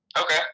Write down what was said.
Okay